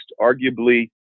arguably